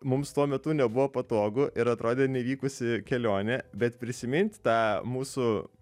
mums tuo metu nebuvo patogu ir atrodė neįvykusi kelionė bet prisiminti tą mūsų